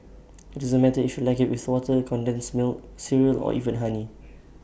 IT doesn't matter if you like IT with water condensed milk cereal or even honey